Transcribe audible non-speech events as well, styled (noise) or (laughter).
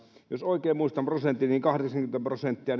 jos oikein muistan prosentin kahdeksankymmentä prosenttia (unintelligible)